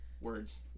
Words